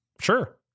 Sure